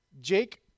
Jake